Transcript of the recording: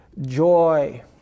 joy